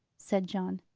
said john.